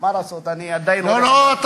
מה לעשות, אני עדיין לא, לא, לא.